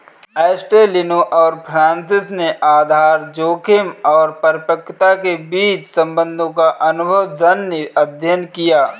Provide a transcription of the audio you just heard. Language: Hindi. एस्टेलिनो और फ्रांसिस ने आधार जोखिम और परिपक्वता के बीच संबंधों का अनुभवजन्य अध्ययन किया